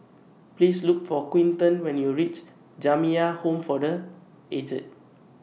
Please Look For Quinten when YOU REACH Jamiyah Home For The Aged